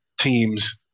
team's –